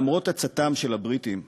למרות עצתם של הבריטים,